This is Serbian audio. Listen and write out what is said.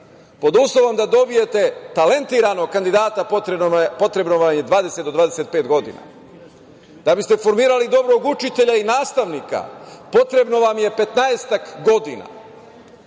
pod uslovom da dobijte talentovanog kandidata, potrebno vam je 20 do 25 godina. Da biste formirali dobrog učitelja i nastavnika, potrebno vam je 15-ak godina.